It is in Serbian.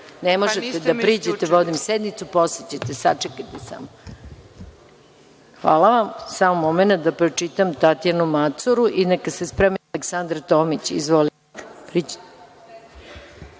možete da priđete, vodim sednicu posle ćete, sačekajte samo. Hvala vam. Samo momenat da pročitam Tatjanu Macuru, neka se spremi Aleksandra Tomić. Izvolite.